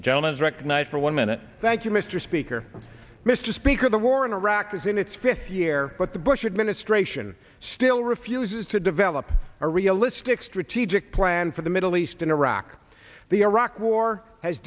the gentleman is recognized for one minute thank you mr speaker mr speaker the war in iraq is in its fifth year but the bush administration still refuses to develop a realistic strategic plan for the middle east in iraq the iraq war has